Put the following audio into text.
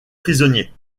prisonnier